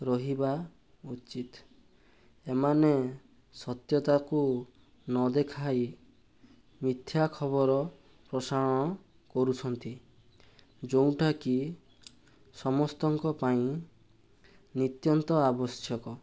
ରହିବା ଉଚିତ ଏମାନେ ସତ୍ୟତାକୁ ନ ଦେଖାଇ ମିଥ୍ୟା ଖବର ପ୍ରସାରଣ କରୁଛନ୍ତି ଯୋଉଁଟାକି ସମସ୍ତଙ୍କ ପାଇଁ ଆବଶ୍ୟକ